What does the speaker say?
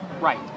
Right